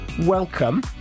welcome